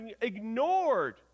ignored